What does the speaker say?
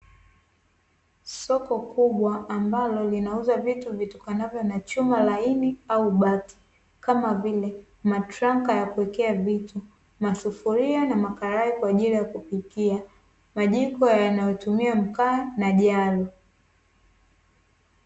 Soko kubwa ambalo linauza vitu vitokanavyo na chuma laini au bati kama vile matranka yakuwekea vitu, masufuria na makalai yakupikia; majiko yanayotumia mkaa na jalo.